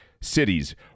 cities